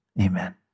Amen